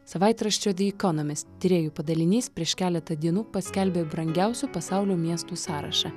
savaitraščio the economist tyrėjų padalinys prieš keletą dienų paskelbė brangiausių pasaulio miestų sąrašą